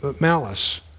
malice